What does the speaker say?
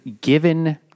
given